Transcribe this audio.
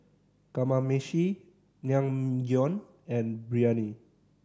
Kamameshi Naengmyeon and Biryani